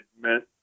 meant